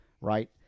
right